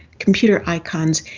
computer icons,